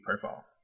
profile